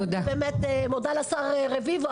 אני באמת מודה לשר רביבו,